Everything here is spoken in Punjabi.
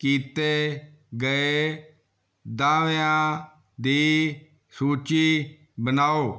ਕੀਤੇ ਗਏ ਦਾਅਵਿਆਂ ਦੀ ਸੂਚੀ ਬਣਾਓ